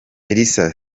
elsa